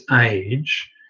age